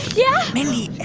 yeah? mindy,